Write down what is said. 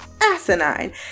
asinine